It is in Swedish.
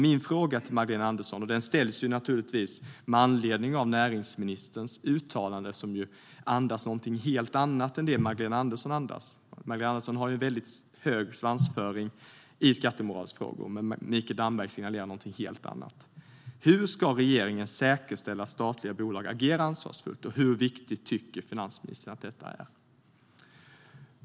Min fråga till Magdalena Andersson ställs med anledning av näringsministerns uttalande, som andas något helt annat än vad Magdalena Andersson gör. Magdalena Andersson har väldigt hög svansföring i skattemoralsfrågor, men Mikael Damberg signalerar något annat. Hur ska regeringen säkerställa att statliga bolag agerar ansvarsfullt, och hur viktigt tycker finansministern att detta är?